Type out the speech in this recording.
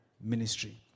ministry